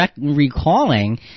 recalling